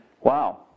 Wow